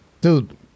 dude